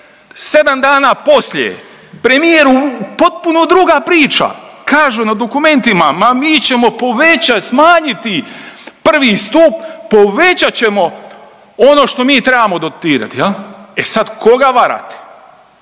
ne, 7 dana poslije premijeru potpuno druga priča, kažu na dokumentima ma mi ćemo povećat, smanjiti prvi stup, povećat ćemo ono što mi trebamo dotirati jel. E sad koga varate,